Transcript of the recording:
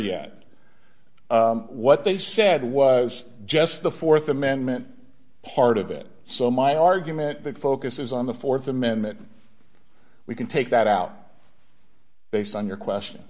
yet what they said was just the th amendment part of it so my argument that focuses on the th amendment we can take that out based on your question